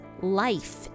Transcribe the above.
Life